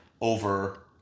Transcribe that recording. over